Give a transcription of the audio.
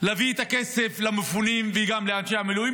נביא את הכסף למפונים וגם לאנשי המילואים,